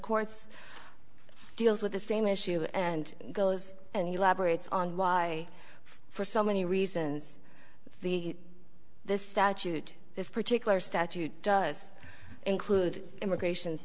courts deals with the same issue and goes and you lab or it's on why for so many reasons the this statute this particular statute does include immigration